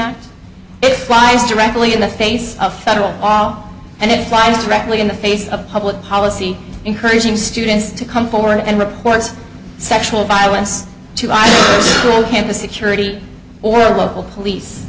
act it flies directly in the face of federal law and it flies directly in the face of public policy encouraging students to come forward and report sexual violence to i told him the security or local police